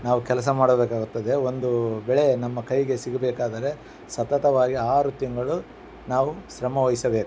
ನಾವು ಕೆಲಸ ಮಾಡಬೇಕಾಗುತ್ತದೆ ಒಂದು ಬೆಳೆ ನಮ್ಮ ಕೈಗೆ ಸಿಗಬೇಕಾದರೆ ಸತತವಾಗಿ ಆರು ತಿಂಗಳು ನಾವು ಶ್ರಮ ವಹಿಸಬೇಕು